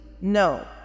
no